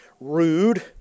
rude